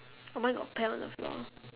oh mine got pear on the floor